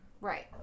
Right